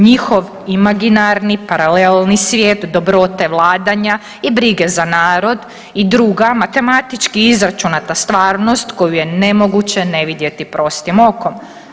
Njihov imaginarni paralelni svijet dobrote vladanja i brige za narod i druga matematički izračunata stvarnost koju je nemoguće ne vidjeti prostim okom.